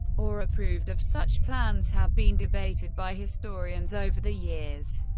or approved of such plans, have been debated by historians over the years.